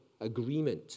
agreement